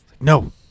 No